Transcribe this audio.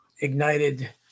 ignited